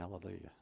Hallelujah